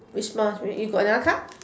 which one you got another card